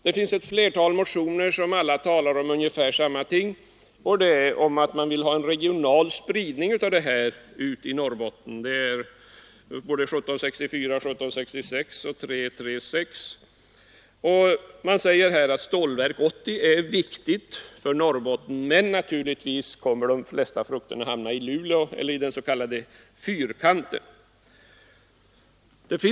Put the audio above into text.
Det finns ett flertal motioner som talar för en regional spridning av satsningen ut i Norrbotten. Det tas upp i motionerna 1764, 1766 och 336. Man säger att Stålverk 80 är viktigt för Norrbotten men att de flesta frukterna av det naturligtvis kommer att hamna i Luleå eller i den s.k. fyrkanten.